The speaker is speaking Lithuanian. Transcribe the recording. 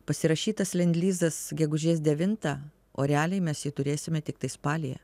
pasirašytas lendlizas gegužės devintą o realiai mes jį turėsime tiktai spalį